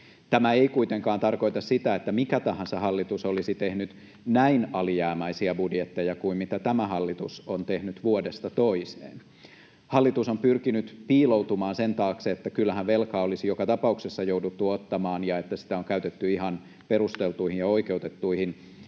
Tämä ei kuitenkaan tarkoita sitä, että mikä tahansa hallitus olisi tehnyt näin alijäämäisiä budjetteja kuin mitä tämä hallitus on tehnyt vuodesta toiseen. Hallitus on pyrkinyt piiloutumaan sen taakse, että kyllähän velkaa olisi joka tapauksessa jouduttu ottamaan ja että sitä on käytetty ihan perusteltuihin ja oikeutettuihin